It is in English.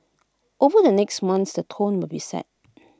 over the next months the tone will be set